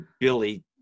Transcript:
Billy